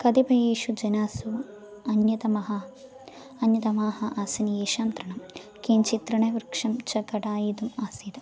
कतिपयेषु जनेषु अन्यतमः अन्यतमाः आसनीयेषां तृणं किञ्चित् तृणवृक्षं च खटायितुम् आसीत्